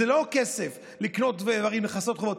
זה לא כסף לקנות דברים, לכסות חובות.